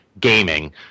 gaming